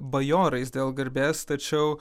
bajorais dėl garbės tačiau